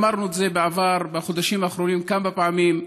אמרנו את זה בעבר, בחודשים האחרונים, כמה פעמים: